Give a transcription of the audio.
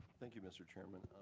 thank you, mr. chairman.